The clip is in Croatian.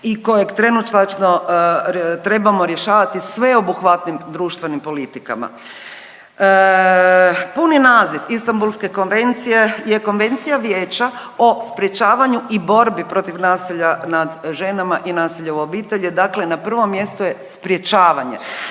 i kojeg trenutačno trebamo rješavati sveobuhvatnim društvenim politikama. Puni naziv Istanbulske konvencije je Konvencija vijeća o sprječavanju i borbi protiv nasilja nad ženama i nasilja u obitelji, dakle na prvom mjestu je sprječavanje,